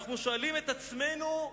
ואנחנו שואלים את עצמנו: